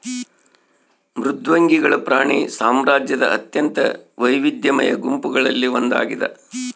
ಮೃದ್ವಂಗಿಗಳು ಪ್ರಾಣಿ ಸಾಮ್ರಾಜ್ಯದ ಅತ್ಯಂತ ವೈವಿಧ್ಯಮಯ ಗುಂಪುಗಳಲ್ಲಿ ಒಂದಾಗಿದ